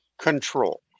control